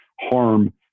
harm